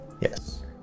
Yes